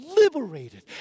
liberated